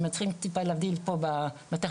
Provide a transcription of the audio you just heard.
שנתחיל טיפה להבדיל פה בטרמינולוגיה.